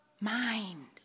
mind